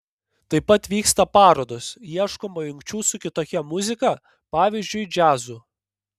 taip pat vyksta parodos ieškoma jungčių su kitokia muzika pavyzdžiui džiazu